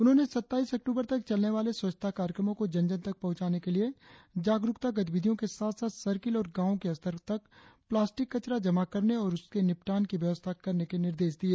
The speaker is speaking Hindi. उन्होंने सत्ताइस अक्टूबर तक चलने वाले स्वच्छता कार्यक्रमों को जन जन तक पहुंचाने के लिए जागरुकता गतिविधियों के साथ साथ सर्किल और गावों के स्तर तक प्लास्टिक कचरा जमा करने और उसके निपटान की व्यवस्था करने के निर्देश दिए